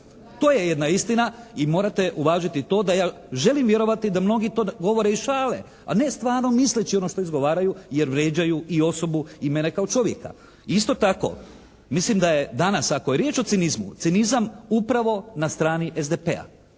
To je jedna istina i morate uvažiti to da ja želim vjerovati da mnogi to govore iz šale, a ne stvarno misleći ono što izgovaraju jer vrijeđaju i osobu i mene kao čovjeka. Isto tako, mislim da je danas ako je riječ o cinizmu cinizam upravo na strani SDP-a.